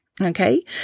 Okay